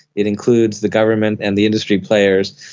it includes the government and the industry players.